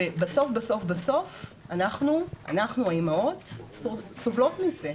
בסוף בסוף, אנחנו האימהות סובלות מזה.